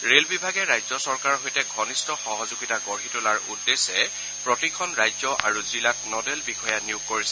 rail বিভাগে ৰাজ্য চৰকাৰৰ সৈতে ঘনিষ্ট সহযোগিতা গঢ়ি তোলাৰ উদ্দেশ্যে প্ৰতিখন ৰাজ্য আৰু জিলাত নডেল বিষয়া নিয়োগ কৰিছে